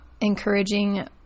encouraging